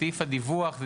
סעיף הדיווח.